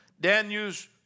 Daniel's